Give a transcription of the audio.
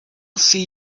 see